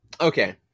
Okay